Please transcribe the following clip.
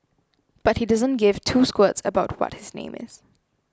but he doesn't give two squirts about what his name is